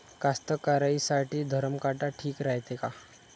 कास्तकाराइसाठी धरम काटा ठीक रायते का?